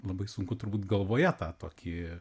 labai sunku turbūt galvoje tą tokį